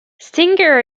stinger